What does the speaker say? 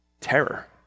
Terror